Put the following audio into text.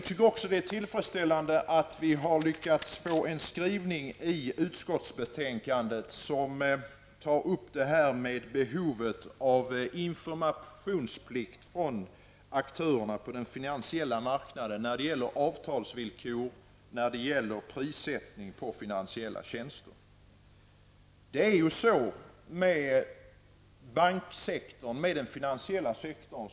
Dessutom är det tillfredsställande att vi i utskottet har lyckats få till stånd en skrivning i betänkandet som gäller behovet av informationsplikt från aktörernas sida på den finansiella marknaden när det gäller avtalsvillkor och prissättning beträffande finansiella tjänster. 80-talets mitt ganska reglerad.